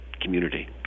community